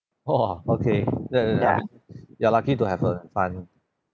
!wah! okay that's very lucky you're lucky to have a refund